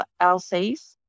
LCs